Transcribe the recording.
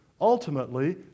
ultimately